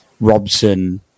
Robson